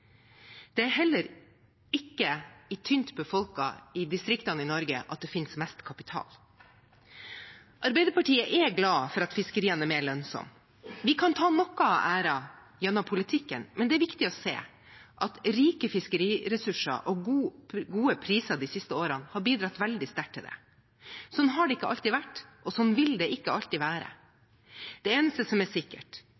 Det er heller ikke i de tynt befolkede distriktene i Norge det finnes mest kapital. Arbeiderpartiet er glad for at fiskeriene er mer lønnsomme. Vi kan ta noe av æren gjennom politikken, men det er viktig å se at rike fiskeriressurser og gode priser de siste årene har bidratt veldig sterkt til det. Sånn har det ikke alltid vært, og sånn vil det ikke alltid